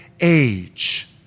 age